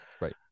Right